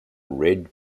red